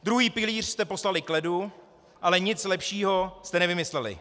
Druhý pilíř jste poslali k ledu, ale nic lepšího jste nevymysleli.